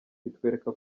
bitwereka